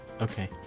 Okay